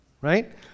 right